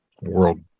world